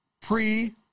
pre